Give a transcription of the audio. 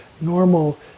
normal